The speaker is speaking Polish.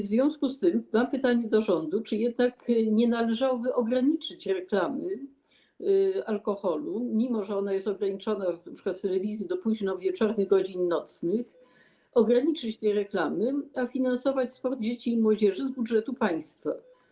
W związku z tym mam pytanie do rządu: Czy nie należałoby jednak ograniczyć reklamy alkoholu, mimo że ona już jest ograniczona np. w telewizji do późnowieczornych godzin nocnych, ograniczyć te reklamy, a finansować sport dzieci i młodzieży z budżetu państwa?